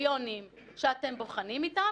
בוודאי במציאות של החלפת שלטון בימים הקרובים.